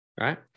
right